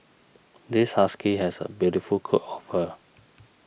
this husky has a beautiful coat of fur